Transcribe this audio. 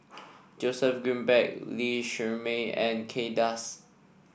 Joseph Grimberg Lee Shermay and Kay Das